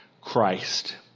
Christ